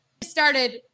started